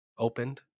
opened